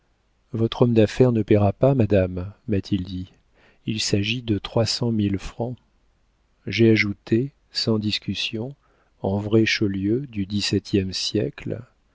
votre homme d'affaires ne paiera pas madame m'a-t-il dit il s'agit de trois cent mille francs j'ai ajouté sans discussion en vraie chaulieu du dix-septième siècle